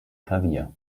klavier